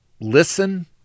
listen